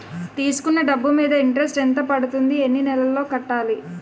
తీసుకున్న డబ్బు మీద ఇంట్రెస్ట్ ఎంత పడుతుంది? ఎన్ని నెలలో కట్టాలి?